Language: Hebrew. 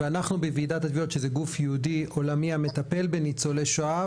ואנחנו בוועידת התביעות שזה גוף ייעודי עולמי המטפל בניצולי שואה,